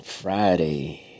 Friday